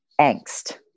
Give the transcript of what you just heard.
angst